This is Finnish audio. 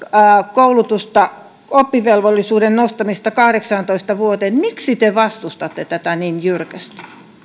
koulutusta oppivelvollisuuden nostamista kahdeksaantoista vuoteen miksi te vastustatte tätä niin jyrkästi